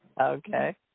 Okay